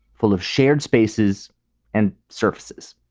full of shared spaces and surfaces.